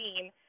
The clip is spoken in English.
team